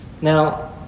Now